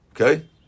okay